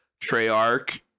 Treyarch